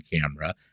camera